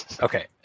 Okay